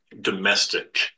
domestic